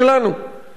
אדוני היושב-ראש,